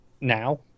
now